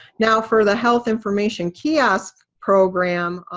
now for the health information kiosk program,